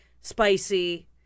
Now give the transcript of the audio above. Spicy